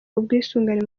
ubwisungane